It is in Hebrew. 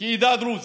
כעדה הדרוזית,